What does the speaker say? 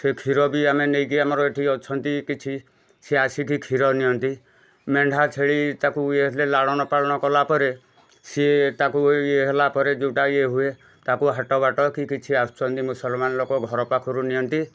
ସେଇ କ୍ଷୀର ବି ଆମେ ନେଇକି ଆମର ଏଠି ଅଛନ୍ତି କିଛି ସିଏ ଆସିକି କ୍ଷୀର ନିଅନ୍ତି ମେଣ୍ଢା ଛେଳି ତାକୁ ଏତେ ଲାଳନ ପାଳନ କଲା ପରେ ସିଏ ତାକୁ ଇଏ ହେଲା ପରେ ଯେଉଁଟା ଇଏ ହୁଏ ତାକୁ ହେଟବାଟ କି କିଛି ଆସୁଛନ୍ତି ମୁସଲମାନ ଲୋକ ଘର ପାଖରୁ ନିଅନ୍ତି